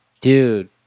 Dude